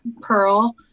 Pearl